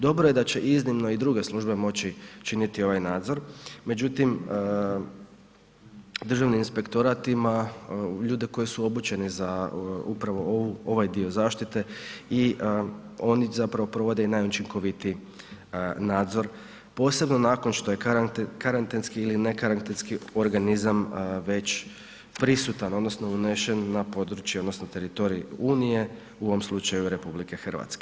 Dobro je da će iznimno i druge službe moći činiti ovaj nadzor, međutim Državni inspektorat ima ljude koji su obučeni za upravo ovaj dio zaštite i oni zapravo provode i najučinkovitiji nadzor posebno nakon što je karantenski ili ne karantenski organizam već prisutan odnosno unesen na područje odnosno teritorij unije u ovom slučaju RH.